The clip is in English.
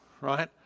right